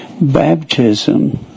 Baptism